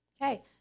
Okay